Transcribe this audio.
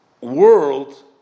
world